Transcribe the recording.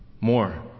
more